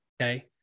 Okay